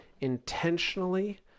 intentionally